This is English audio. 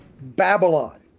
Babylon